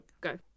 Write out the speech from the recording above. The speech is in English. Go